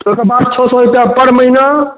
ओहिके बाद छओ सए रुपआ पर महिना